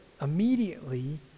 immediately